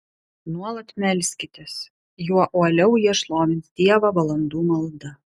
nuolat melskitės juo uoliau jie šlovins dievą valandų malda